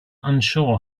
unsure